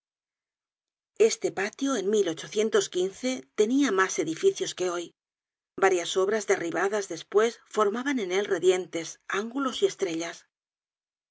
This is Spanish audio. este patio en tenia mas edificios que hoy varias obras derribadas despues formaban en él redientes ángulos y estrellas